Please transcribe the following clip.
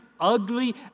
ugly